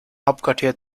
hauptquartier